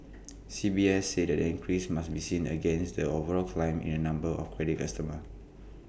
C B S said the increase must be seen against the overall climb in the number of credit customers